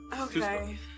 Okay